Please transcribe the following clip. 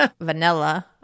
vanilla